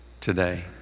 today